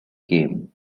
game